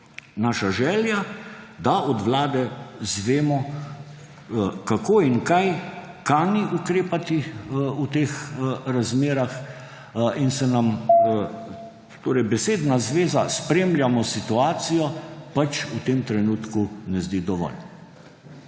naša želja, da od vlade izvemo, kako in kaj kani ukrepati v teh razmerah, in se nam torej besedna zveza »spremljamo situacijo« pač v tem trenutku ne zdi dovolj.